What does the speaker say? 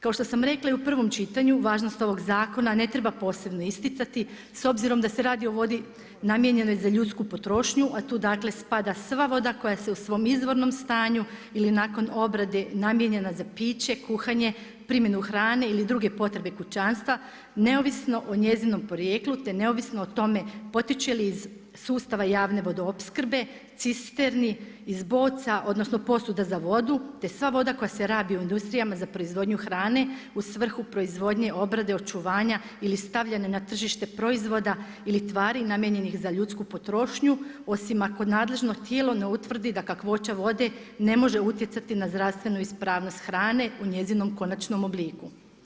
Kao što sam rekla i u prvom čitanju, važnost ovog zakona, ne treba posebno isticati, s obzirom da se radi o vodi namijenjenoj za ljudsku potrošnju a tu dakle, spada sva voda koja se u svom izvornom stanju ili nakon obrade namijenjena za piće, kuhanje, primjenu hrane ili druge potrebe kućanstva neovisno o njezinom porijeklu, te neovisno o tome, potječe li iz sustava javne vodoopskrbe, cisterni, iz boca, odnosno, posuda za vodu, te sva voda koja se rabi u industrijama za proizvodnju hrane u svrhu proizvodnje, obrade, očuvanja ili stavljanje na tržište proizvoda ili tvari namijenjenih za ljudsku potrošnju, osim ako nadležno tijelo ne utvrdi da kakvoća vode, ne može utjecati na zdravstvenu ispravnost hrane u njezinom konačnom obliku.